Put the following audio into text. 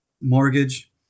mortgage